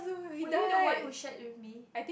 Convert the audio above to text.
were you the one who shared with me